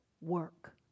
work